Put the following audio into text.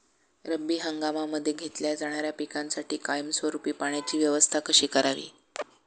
रब्बी हंगामामध्ये घेतल्या जाणाऱ्या पिकांसाठी कायमस्वरूपी पाण्याची व्यवस्था कशी करावी?